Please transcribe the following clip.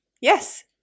Yes